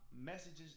messages